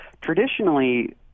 traditionally